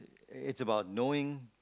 it's about knowing